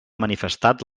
manifestat